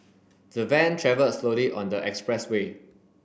the van travelled slowly on the expressway